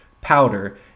powder